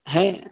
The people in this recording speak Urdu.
ہیں